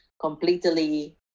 completely